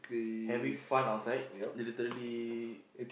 having fun outside they literally